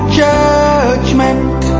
judgment